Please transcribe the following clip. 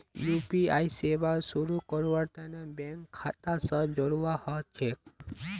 UPI सेवा शुरू करवार तने बैंक खाता स जोड़वा ह छेक